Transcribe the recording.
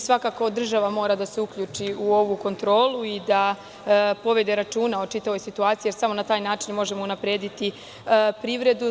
Svakako da država mora da se uključi u ovu kontrolu i da povede računa o čitavoj situaciji, jer samo na taj način možemo unaprediti privredu.